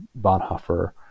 Bonhoeffer